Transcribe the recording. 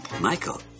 Michael